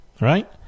Right